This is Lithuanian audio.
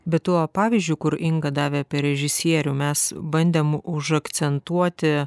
be tuo pavyzdžiui kur inga davė apie režisierių mes bandėm užakcentuoti